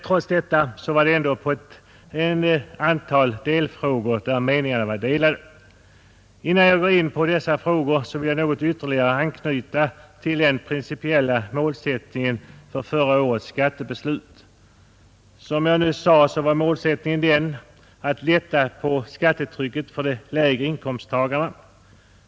Trots detta fanns det ett antal punkter där meningarna var delade. Innan jag går in på dessa frågor vill jag något ytterligare anknyta till den principiella målsättningen för förra årets skattebeslut. Som jag nyss sade var målsättningen att lätta på skattetrycket för de lägre inkomsttagarna.